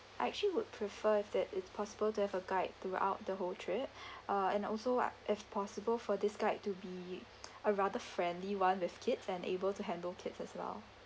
actually would prefer that if possible to have a guide throughout the whole trip uh and also what if possible for this guide to be a rather friendly one with kids and able to handle kids as well